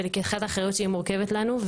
בלקיחת אחריות שהיא מורכבת לנו.